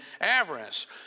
avarice